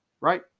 right